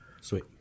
Sweet